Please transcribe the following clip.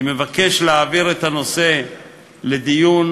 אני מבקש להעביר את הנושא לדיון